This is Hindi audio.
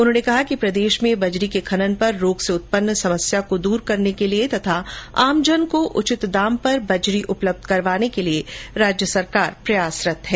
उन्होंने कहा कि प्रदेश में बजरी के खनन पर रोक से उत्पन्न समस्या को दूर करने तथा आमजन को उचित दाम पर बजरी उपलब्ध कराने के लिए राज्य सरकार प्रयासरत है